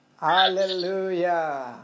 Hallelujah